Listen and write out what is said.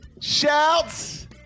Shouts